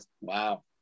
wow